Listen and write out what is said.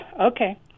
Okay